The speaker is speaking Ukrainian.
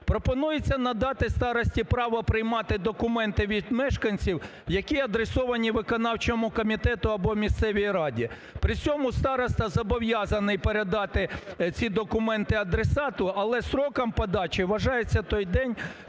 Пропонується надати старості право приймати документи від мешканців, які адресовані виконавчому комітету або місцевій раді, при цьому староста зобов’язаний передати ці документи адресату, але строком подачі вважається той день,